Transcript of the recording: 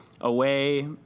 Away